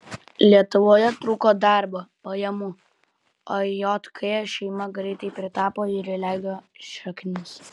lietuvoje trūko darbo pajamų o jk šeima greit pritapo ir įleido šaknis